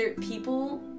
People